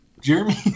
Jeremy